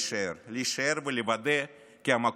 להישאר ולוודא כי המקום הזה,